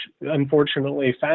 unfortunately